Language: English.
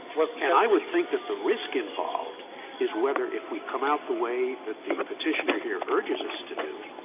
well scalia and i would think that the risk involved is whether if we come out the way that the petitioner here urges us to do,